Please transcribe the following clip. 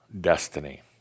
destiny